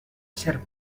serp